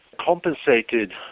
compensated